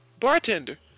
Bartender